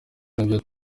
nibyo